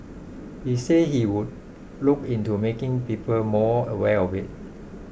he said he would look into making people more aware of it